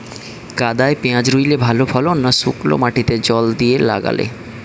কাদায় পেঁয়াজ রুইলে ভালো ফলন না শুক্নো মাটিতে জল দিয়ে লাগালে?